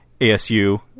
asu